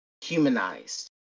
humanized